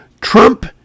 Trump